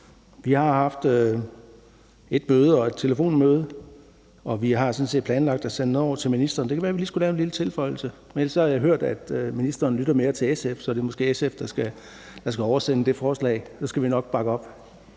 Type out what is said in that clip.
Vi har haft et møde og et telefonmøde, og vi har sådan set planlagt at sende noget over til ministeren. Det kunne være, vi lige skulle lave en lille tilføjelse. Men ellers har jeg hørt, at ministeren lytter mere til SF, så det er måske SF, der skal oversende det forslag, og så skal vi nok bakke op.